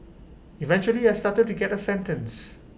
eventually I started to get A sentence